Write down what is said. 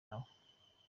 nawe